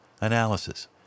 analysis